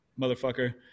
motherfucker